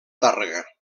tàrrega